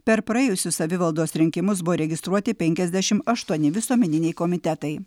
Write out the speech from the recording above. per praėjusius savivaldos rinkimus buvo registruoti penkiasdešimt aštuoni visuomeniniai komitetai